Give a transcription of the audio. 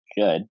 Good